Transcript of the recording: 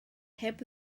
heb